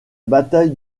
bataille